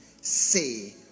say